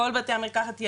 כל בתי המרקחת,